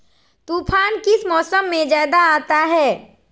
तूफ़ान किस मौसम में ज्यादा आता है?